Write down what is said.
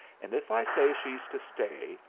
and if i say she's to stay,